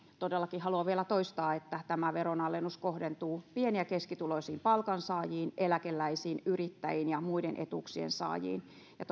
todellakin haluan vielä toistaa että tämä veronalennus kohdentuu pieni ja keskituloisiin palkansaajiin eläkeläisiin yrittäjiin ja muiden etuuksien saajiin ja